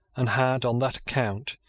and had, on that account,